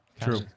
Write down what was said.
True